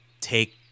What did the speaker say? take